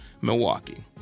Milwaukee